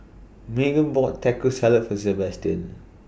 Magen bought Taco Salad For Sabastian